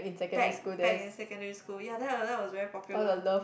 back back in secondary school ya that that was that was very popular